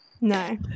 No